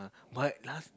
but last